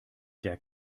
der